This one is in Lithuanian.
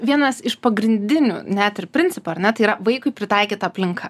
vienas iš pagrindinių net ir principų ar ne tai yra vaikui pritaikyta aplinka